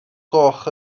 gloch